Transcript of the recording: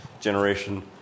generation